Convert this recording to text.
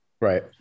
right